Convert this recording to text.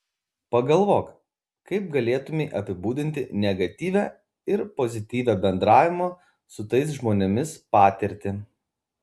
pagalvok kaip galėtumei apibūdinti negatyvią ir pozityvią bendravimo su tais žmonėmis patirtį